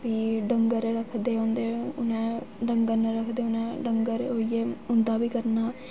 भी डंगर रक्खू दे होंदे उ'नें डंगर रक्खदे डंगर उ'यै उं'दा बी करना